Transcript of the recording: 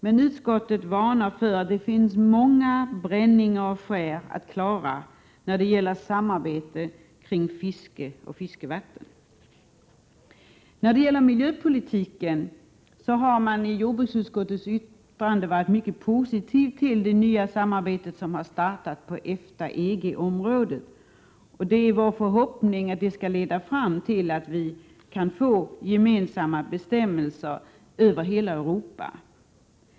Men utskottet varnar för att det finns många bränningar och skär att klara när det gäller samarbete kring fiske och fiskevatten. I fråga om miljöpolitiken har man i jordbruksutskottets yttrande varit mycket positiv till det nya samarbete som har startat på EFTA-EG-området. Det är vår förhoppning att det skall leda till att vi kan få gemensamma bestämmelser över hela Europa.